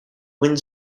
wind